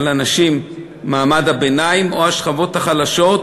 על אנשים ממעמד הביניים או מהשכבות החלשות,